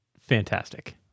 Fantastic